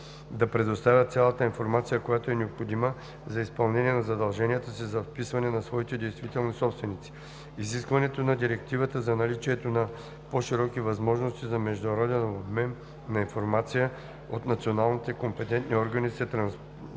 да предоставят цялата информация, която е необходима, за изпълнение на задълженията си за вписване на своите действителни собственици; - изискването на Директивата за наличието на по-широки възможности за международен обмен на информация от националните компетентни органи се транспонира